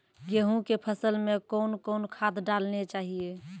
गेहूँ के फसल मे कौन कौन खाद डालने चाहिए?